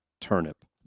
turnip